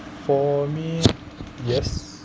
for me yes